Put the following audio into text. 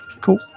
Cool